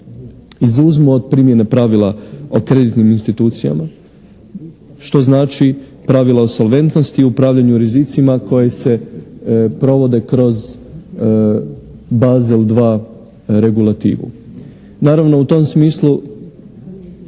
izuzmu od primjene pravila o kreditnim institucijama što znači od pravila o solventnosti, upravljaju rizicima koje se provode kroz bazel 2 regulativu. Naravno u tom smislu